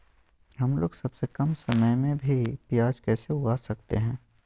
हमलोग सबसे कम समय में भी प्याज कैसे उगा सकते हैं?